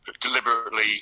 deliberately